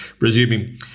resuming